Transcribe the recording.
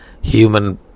human